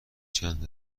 چند